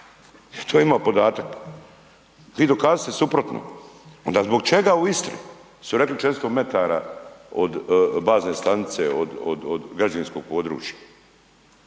To ima podatak. Vi dokažite suprotno. Onda zbog čega u Istri su rekli 400 metara bazne stanice od građevinskog područja?